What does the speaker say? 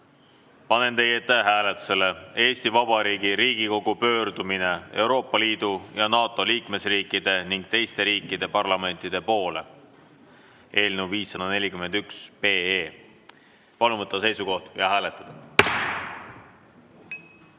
Panen teie ette hääletusele Eesti Vabariigi Riigikogu pöördumise Euroopa Liidu ja NATO liikmesriikide ning teiste riikide parlamentide poole, eelnõu 541. Palun võtta seisukoht ja hääletada!